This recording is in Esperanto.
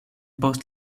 post